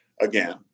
again